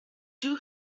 two